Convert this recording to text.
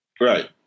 Right